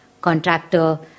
contractor